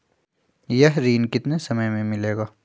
यह ऋण कितने समय मे मिलेगा?